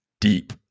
deep